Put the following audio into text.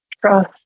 trust